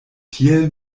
tiel